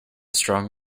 strong